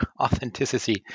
authenticity